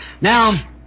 Now